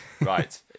Right